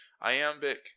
Iambic